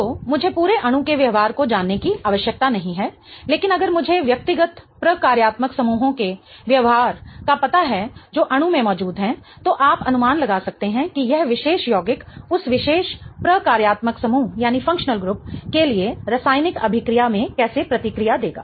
तो मुझे पूरे अणु के व्यवहार को जानने की आवश्यकता नहीं है लेकिन अगर मुझे व्यक्तिगत प्रकार्यात्मक समूहों के व्यवहार का पता है जो अणु में मौजूद हैं तो आप अनुमान लगा सकते हैं कि यह विशेष यौगिक उस विशेष प्रकार्यात्मक समूह के लिए रासायनिकअभिक्रिया में कैसे प्रतिक्रिया देगा